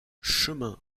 chemin